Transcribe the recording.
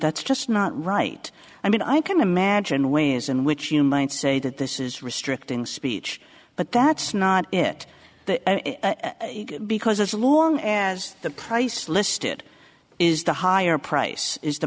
that's just not right i mean i can imagine ways in which you might say that this is restricting speech but that's not it because as long as the price listed is the higher price is the